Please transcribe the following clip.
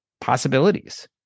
possibilities